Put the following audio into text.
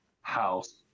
house